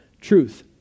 truth